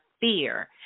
fear